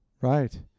Right